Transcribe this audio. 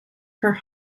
her